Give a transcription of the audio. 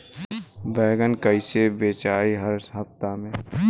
बैगन कईसे बेचाई हर हफ्ता में?